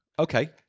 Okay